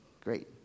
great